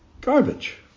garbage